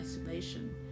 isolation